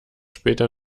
später